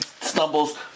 stumbles